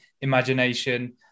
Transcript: imagination